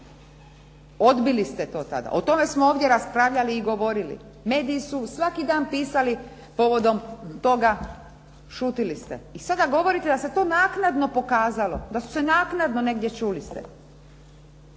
Odbili ste to tada. O tome smo ovdje raspravljali i govorili. Mediji su svaki dan pisali povodom toga, šutili ste. I sada govorite da se to naknadno pokazalo, da naknadno negdje čuli ste.